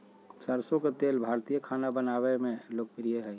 सरसो के तेल भारतीय खाना बनावय मे लोकप्रिय हइ